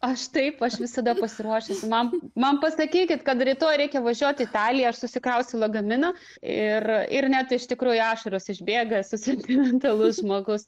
aš taip aš visada pasiruošusi man man pasakykit kad rytoj reikia važiuot į italiją aš susikrausiu lagaminą ir ir net iš tikrųjų ašaros išbėga sentimentalus žmogus